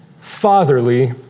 fatherly